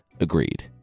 agreed